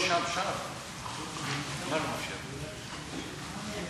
באולם "ירושלים",